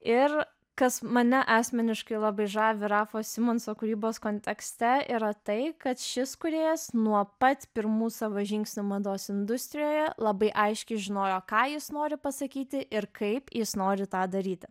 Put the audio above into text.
ir kas mane asmeniškai labai žavi rafo simonso kūrybos kontekste yra tai kad šis kūrėjas nuo pat pirmų savo žingsnių mados industrijoje labai aiškiai žinojo ką jis nori pasakyti ir kaip jis nori tą daryti